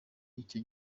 icyo